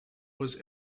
was